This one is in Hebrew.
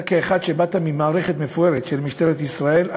אתה כאחד שבא ממערכת מפוארת של משטרת ישראל,